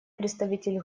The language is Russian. представитель